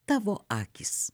tavo akys